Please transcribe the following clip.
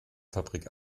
fabrik